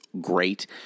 great